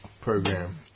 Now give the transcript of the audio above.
program